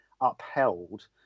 upheld